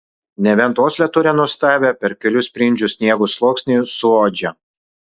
nebent uoslę turi nuostabią per kelių sprindžių sniego sluoksnį suuodžia